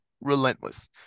relentless